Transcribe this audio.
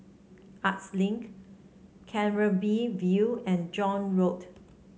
Arts Link View and John Road